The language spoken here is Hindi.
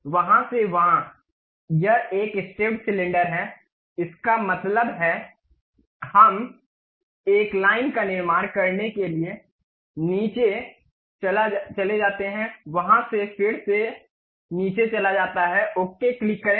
वहाँ से वहाँ यह एक स्टेप्पड सिलेंडर है इसका मतलब है हम एक लाइन का निर्माण करने के लिए नीचे चला जाते है वहाँ से फिर से नीचे चला जाता है ओके क्लिक करें